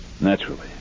Naturally